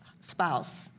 spouse